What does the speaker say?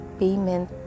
payment